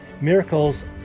miracles